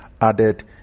added